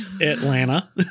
Atlanta